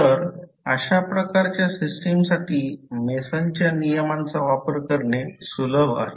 तर अशा प्रकारच्या सिस्टमसाठी मेसनच्या नियमांचा वापर करणे सुलभ आहे